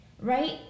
right